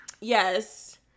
yes